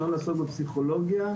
בפסיכולוגיה,